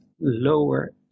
lower